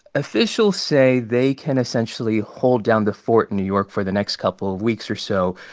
officials say they can essentially hold down the fort in new york for the next couple of weeks or so,